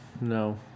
No